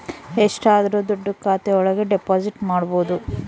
ಎಷ್ಟಾದರೂ ದುಡ್ಡು ಖಾತೆ ಒಳಗ ಡೆಪಾಸಿಟ್ ಮಾಡ್ಬೋದು